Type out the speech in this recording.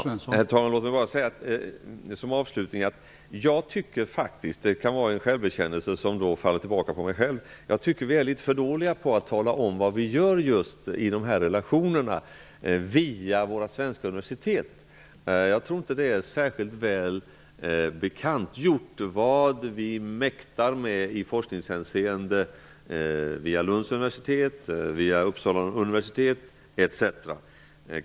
Herr talman! Jag vill säga såsom avslutning att jag faktiskt tycker -- det kan vara en självbekännelse som faller tillbaka på mig själv -- att vi är litet för dåliga på att tala om vad vi gör just i dessa relationer via våra svenska universitet. Jag tror att det inte är särskilt väl bekantgjort vad vi mäktar med i forskningshänseende via Lunds universitet, via Uppsala universitet etc.